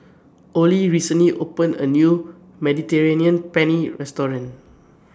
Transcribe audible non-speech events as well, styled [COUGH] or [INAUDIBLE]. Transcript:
[NOISE] Olie recently opened A New Mediterranean Penne Restaurant